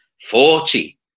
Forty